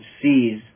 sees